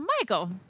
Michael